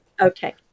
Okay